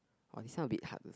!woah! this one a bit hard leh